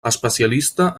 especialista